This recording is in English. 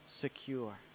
secure